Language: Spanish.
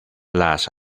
las